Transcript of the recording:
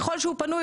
ככל שהוא פנוי,